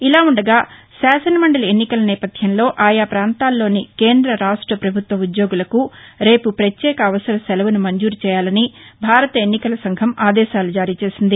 ఇలావుండగా శాసనమండలి ఎన్నికల నేపథ్యంలో ఆయా పాంతాల్లోని కేంద రాష్ట పభుత్వ ఉ ద్యోగులకు రేపు పత్యేక అవసర సెలవును మంజూరు చేయాలని భారత ఎన్నికల సంఘం ఆదేశాలు జారీచేసింది